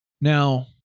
Now